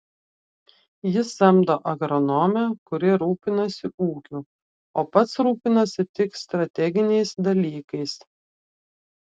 jis samdo agronomę kuri rūpinasi ūkiu o pats rūpinasi tik strateginiais dalykais